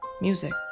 Music